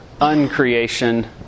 uncreation